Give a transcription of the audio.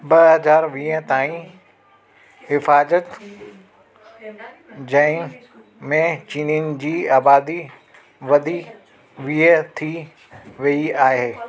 ॿ हज़ार वीह ताईं हिफाज़त ॼाइ में चीनीनि जी आबादी वधी वीह थी वेई आहे